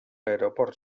aeroport